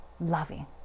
loving